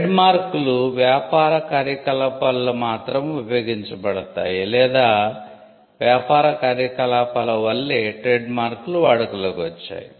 ట్రేడ్మార్కులు వ్యాపార కార్యకలాపాలలో మాత్రమే ఉపయోగించబడతాయి లేదా వ్యాపార కార్యకలాపాల వల్లే ట్రేడ్మార్కులు వాడుకలోకి వచ్చాయి